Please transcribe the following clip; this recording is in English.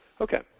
Okay